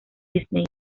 disney